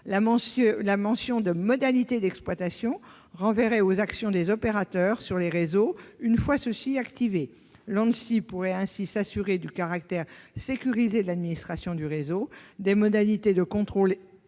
La mention de « modalités d'exploitation » renverrait aux actions des opérateurs sur les réseaux, une fois ces derniers activés. L'Anssi pourrait ainsi s'assurer du caractère sécurisé de l'administration du réseau, des modalités de contrôle